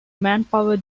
manpower